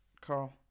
Carl